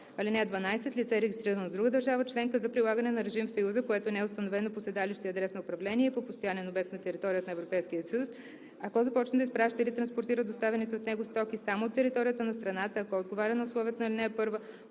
членка. (12) Лице, регистрирано в друга държава членка за прилагане на режим в Съюза, което не е установено по седалище и адрес на управление и по постоянен обект на територията на Европейския съюз, ако започне да изпраща или транспортира доставяните от него стоки само от територията на страната, , ако отговаря на условията на ал. 1